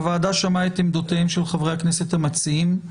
הוועדה שמעה את עמדותיהם של חברי הכנסת המציעים.